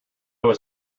was